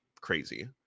crazy